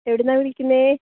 എവിടുന്നാ വിളിക്കുന്നേ